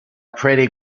pretty